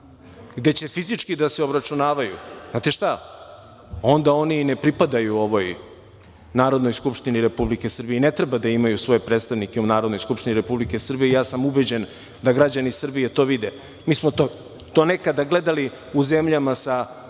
gde će fizički da se obračunavaju, znate šta, onda oni i ne pripadaju ovoj Narodnoj skupštini Republike Srbije, ne treba da imaju svoje predstavnike u Narodnoj skupštini Republike Srbije. Ubeđen sam da građani Srbije to vide. Mi smo to nekada gledali u zemljama sa